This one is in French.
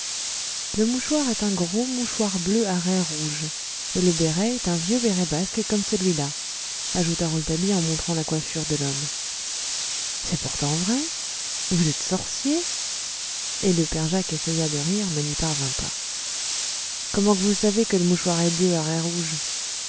le mouchoir est un gros mouchoir bleu à raies rouges et le béret est un vieux béret basque comme celui-là ajouta rouletabille en montrant la coiffure de l'homme c'est pourtant vrai vous êtes sorcier et le père jacques essaya de rire mais n'y parvint pas comment qu'vous savez que le mouchoir est bleu